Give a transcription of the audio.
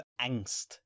angst